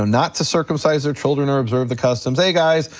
not to circumcise their children or observe the customs, hey guys,